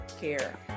care